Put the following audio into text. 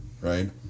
right